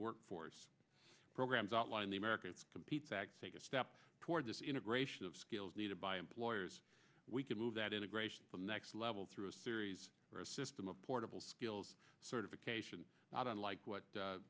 workforce programs outline the american compete fact take a step toward this integration of skills needed by employers we can move that integration for the next level through a series or a system of portable skills certification not unlike what